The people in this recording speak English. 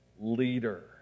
leader